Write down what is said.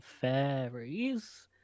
fairies